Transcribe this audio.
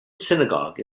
synagogue